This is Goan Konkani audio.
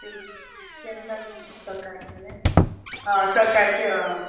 केन्ना सकाळचे आं सकाळचे आं